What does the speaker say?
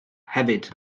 hefyd